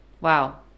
Wow